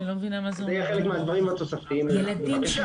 וזה יהיה חלק מהדברים התוספתיים --- את מה